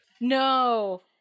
no